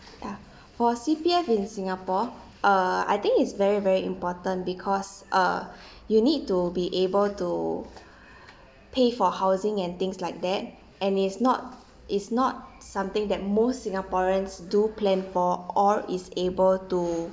ya for C_P_F in singapore uh I think it's very very important because uh you need to be able to pay for housing and things like that and it's not it's not something that most singaporeans do plan for or is able to